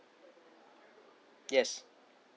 yes